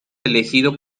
elegido